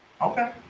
Okay